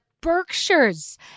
Berkshires